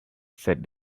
said